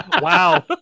wow